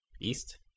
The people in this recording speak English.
east